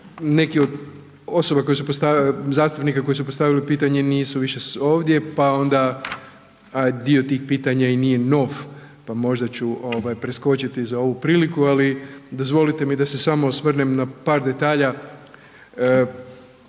koji su, zastupnika koji su postavili pitanje nisu više ovdje, a dio tih pitanja i nije nov, pa možda ću ovaj preskočiti za ovu priliku, ali dozvolite mi da se samo osvrnem na par detalja.